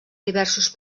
diversos